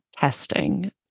testing